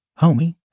Homie